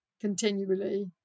continually